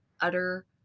utter